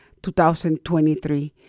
2023